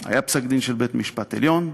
היה פסק-דין של בית-המשפט העליון,